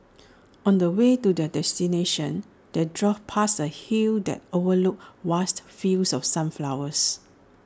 on the way to their destination they drove past A hill that overlooked vast fields of sunflowers